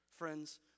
Friends